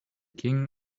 king